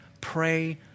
Pray